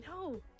No